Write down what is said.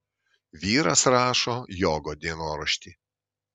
vyras rašo jogo dienoraštį